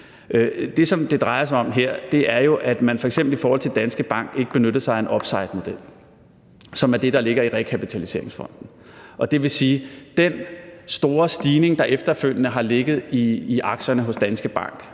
Det, som det drejer sig om her, er jo, at man f.eks. i forhold til Danske Bank ikke benyttede sig af en upsidemodel, som er det, der ligger i rekapitaliseringsfonden. Det vil sige, at med den store stigning, der efterfølgende har ligget i aktierne hos Danske Bank